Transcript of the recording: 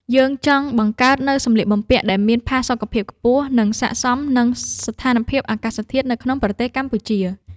យើងចង់បង្កើតនូវសម្លៀកបំពាក់ដែលមានផាសុកភាពខ្ពស់ និងស័ក្តិសមនឹងស្ថានភាពអាកាសធាតុនៅក្នុងប្រទេសកម្ពុជា។